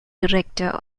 director